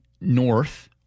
north